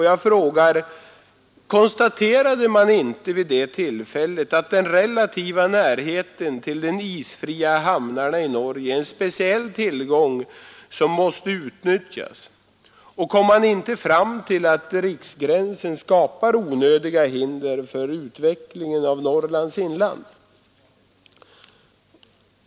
Jag frågar: Konstaterade man inte att den relativa närheten till de isfria hamnarna i Norge är en speciell tillgång som måste utnyttjas, och kom man inte fram till att riksgränsen skapar onödiga hinder för utvecklingen av Norrlands inland?